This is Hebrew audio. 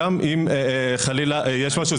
גם אם חלילה יש משהו,